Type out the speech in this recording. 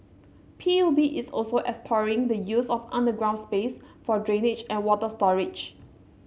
P U B is also exploring the use of underground space for drainage and water storage